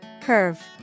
Curve